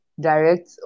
direct